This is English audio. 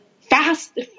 fast